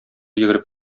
йөгереп